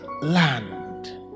land